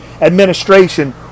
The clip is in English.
administration